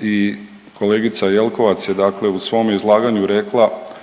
i kolegica Jelkovac je u svom izlaganju rekla